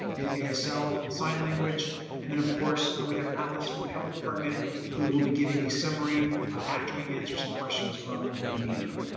in asl and sign language and then of course we have alice from the health department who will be giving a summary after we answer some questions from the media.